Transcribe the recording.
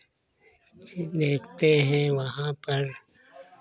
अच्छे देखते हैं वहाँ पर